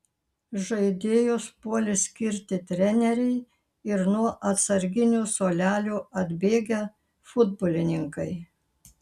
žaidėjus puolė skirti treneriai ir nuo atsarginių suolelio atbėgę futbolininkai